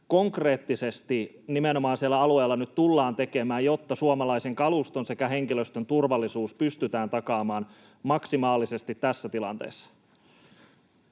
konkreettisesti nimenomaan siellä alueella nyt tullaan tekemään, jotta suomalaisen kaluston sekä henkilöstön turvallisuus pystytään takaamaan maksimaalisesti tässä tilanteessa?